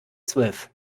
zwölf